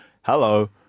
hello